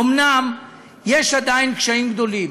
אומנם יש עדיין קשיים גדולים,